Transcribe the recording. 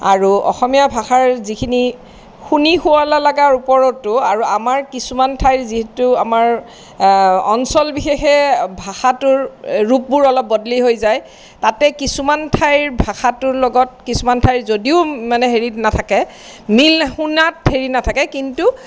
আৰু অসমীয়া ভাষাৰ যিখিনি শুনি শুৱলা লগাৰ ওপৰতো আৰু আমাৰ কিছুমান ঠাইৰ যিহেতু আমাৰ অঞ্চল বিশেষে ভাষাটোৰ ৰূপবোৰ অলপ বদলি হৈ যায় তাতে কিছুমান ঠাইৰ ভাষাটোৰ লগত কিছুমান ভাষাৰ যদিও মানে হেৰি নাথাকে মিল শুনাত হেৰি নাথাকে কিন্তু